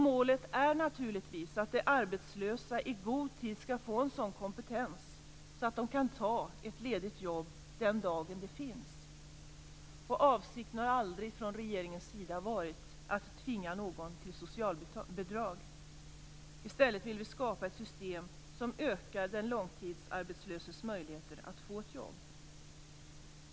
Målet är naturligtvis att de arbetslösa i god tid skall få en sådan kompetens att de kan ta ett ledigt jobb den dagen det finns. Avsikten från regeringens sida har aldrig varit att tvinga någon till socialbidrag. I stället vill vi skapa ett system som ökar den långtidsarbetslöses möjligheter att få ett jobb.